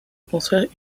construire